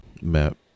map